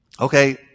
Okay